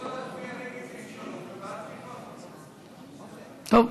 אני רוצה להצביע נגד סעיף 3 ובעד סעיף 4. טוב.